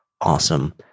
awesome